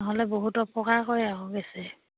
নহ'লে বহুত অপকাৰ কৰে আকৌ গেছে